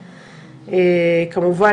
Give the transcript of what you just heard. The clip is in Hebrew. כמובן,